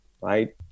right